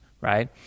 Right